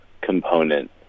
component